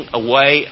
away